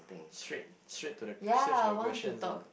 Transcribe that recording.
straight straight to the straight to the questions lah